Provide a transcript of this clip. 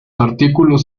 artículos